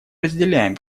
разделяем